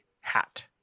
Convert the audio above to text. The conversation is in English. hat